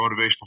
motivational